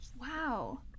Wow